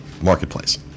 Marketplace